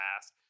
fast